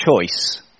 choice